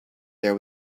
there